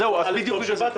זה לא כך.